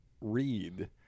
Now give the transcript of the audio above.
read